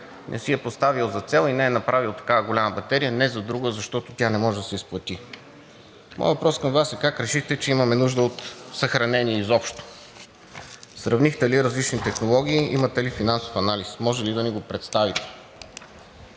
не си е поставил за цел и не е направил такава голяма батерия не за друго, а защото тя не може да се изплати. Моят въпрос към Вас е: как решихте, че имаме нужда от съхранение изобщо? Сравнихте ли различните технологии, имате ли финансов анализ и може ли да ни го представите?